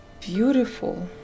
beautiful